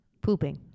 pooping